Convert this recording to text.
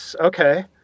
okay